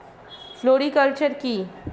Floriculture কি?